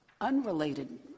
unrelated